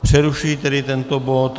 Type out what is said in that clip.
Přerušuji tedy tento bod.